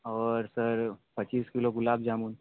और सर पच्चीस किलो गुलाब जामुन